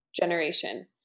generation